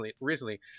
recently